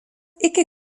iki